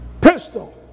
Pistol